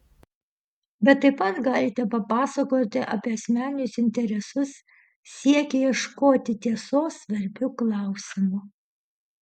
bet taip pat galite papasakoti apie asmeninius interesus siekį ieškoti tiesos svarbiu klausimu